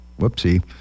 Whoopsie